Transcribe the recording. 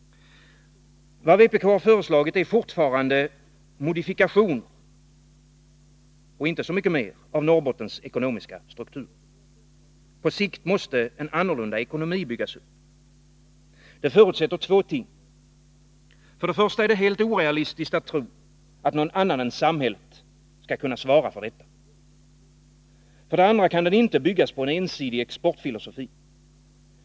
Vad vpk föreslagit är fortfarande modifikationer — och inte så mycket mer —av Norrbottens ekonomiska struktur. På sikt måste en annorlunda ekonomi byggas upp. Detta förutsätter två ting. För det första är det helt orealistiskt att tro att någon annan än samhället skall kunna svara för detta. För det andra kan den inte byggas på en ensidig exportfilosofi.